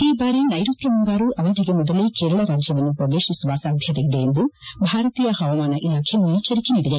ಈ ಬಾರಿ ನೈಋತ್ತ ಮುಂಗಾರು ಅವಧಿಗೆ ಮೊದಲೇ ಕೇರಳ ರಾಜ್ಕವನ್ನು ಪ್ರವೇಶಿಸುವ ಸಾಧ್ಯತೆ ಇದೆ ಎಂದು ಭಾರತೀಯ ಪವಾಮಾನ ಇಲಾಖೆ ಮುನ್ನೆಜ್ವರಿಕೆ ನೀಡಿದೆ